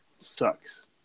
sucks